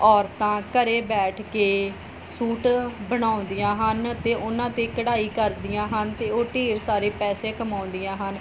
ਔਰਤਾਂ ਘਰ ਬੈਠ ਕੇ ਸੂਟ ਬਣਾਉਂਦੀਆਂ ਹਨ ਅਤੇ ਉਹਨਾਂ 'ਤੇ ਕਢਾਈ ਕਰਦੀਆਂ ਹਨ ਅਤੇ ਉਹ ਢੇਰ ਸਾਰੇ ਪੈਸੇ ਕਮਾਉਂਦੀਆਂ ਹਨ